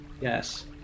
Yes